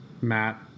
Matt